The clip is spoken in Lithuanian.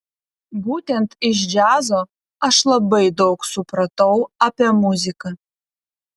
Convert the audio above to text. būtent iš džiazo aš labai daug supratau apie muziką